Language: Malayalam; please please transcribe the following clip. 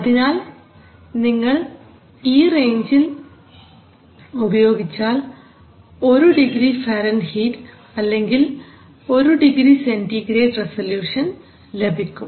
അതിനാൽ നിങ്ങൾ ഇത് ഈ റേഞ്ചിൽ ഉപയോഗിച്ചാൽ ഒരു ഡിഗ്രി ഫാരൻഹീറ്റ് അല്ലെങ്കിൽ ഒരു ഡിഗ്രി സെൻറിഗ്രേഡ് റസല്യൂഷൻ ലഭിക്കും